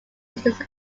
business